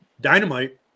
Dynamite